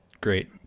great